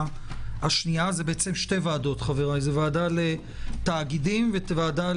השנייה זה שתי ועדות ועדה לתאגידים ו-וועדה